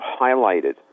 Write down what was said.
highlighted